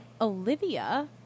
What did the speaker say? Olivia